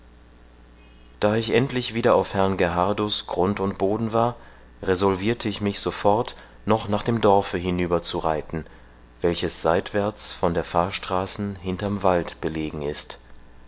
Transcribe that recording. da ich endlich wieder auf herrn gerhardus grund und boden war resolvirte ich mich sofort noch nach dem dorfe hinüberzureiten welches seitwärts von der fahrstraßen hinterm wald belegen ist